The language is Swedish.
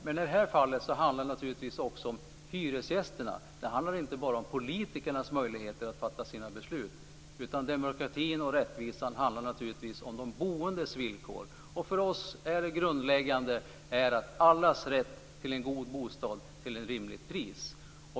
Men i det här fallet handlar det naturligtvis också om hyresgästerna, inte bara om politikernas möjligheter att fatta beslut, utan demokratin och rättvisan handlar naturligtvis om de boendes villkor. För oss är det grundläggande allas rätt till en god bostad till ett rimligt pris.